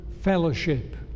fellowship